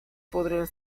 podrían